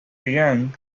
young